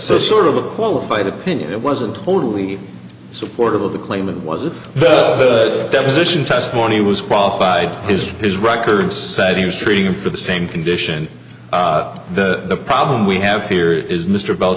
sort of a qualified opinion it wasn't totally supportive of the claim it was a good deposition testimony was qualified his his records said he was treating him for the same condition that the problem we have here is mr bel